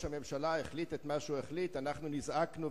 כשראש הממשלה החליט את מה שהוא החליט אנחנו נזעקנו,